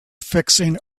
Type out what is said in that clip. fixing